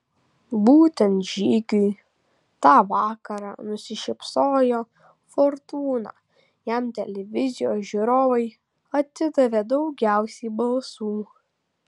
būtent žygiui tą vakarą nusišypsojo fortūna jam televizijos žiūrovai atidavė daugiausiai balsų